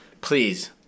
please